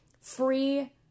free